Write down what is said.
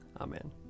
Amen